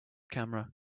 camera